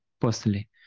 personally